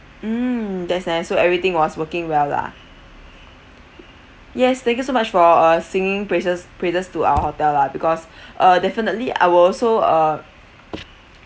mm that's nice so everything was working well lah yes thank you so much for uh singing praises praises to our hotel lah because uh definitely I will also uh